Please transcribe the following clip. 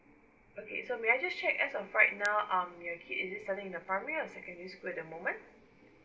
okay so may I just check as of right now um your kid is still in the primary or secondary school at the moment